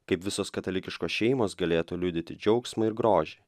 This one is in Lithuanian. kaip visos katalikiškos šeimos galėtų liudyti džiaugsmą ir grožį